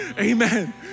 Amen